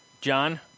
John